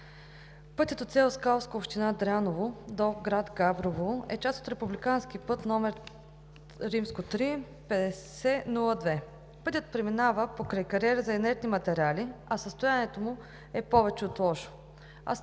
Пътят от село Скалско, община Дряново до град Габрово е част от републикански път ІІІ-5002. Пътят преминава покрай кариера за инертни материали, а състоянието му е повече от лошо